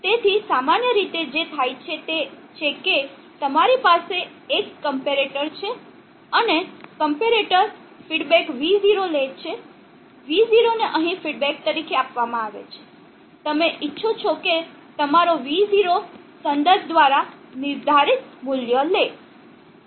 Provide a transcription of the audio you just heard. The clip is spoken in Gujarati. તેથી સામાન્ય રીતે જે થાય છે તે છે કે તમારી પાસે એક કમ્પેરેટર છે અને કમ્પેરેટર ફીડબેક V0 ને લે છે V0 ને અહીં ફીડબેક તરીકે આપવામાં આવે છે તમે ઇચ્છો છો કે તમારો V0 સંદર્ભ દ્વારા નિર્ધારિત મૂલ્ય લે